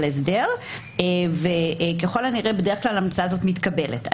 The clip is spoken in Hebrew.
הסדר וככל הנראה בדרך כלל ההמלצה הזו מתקבלת.